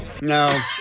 No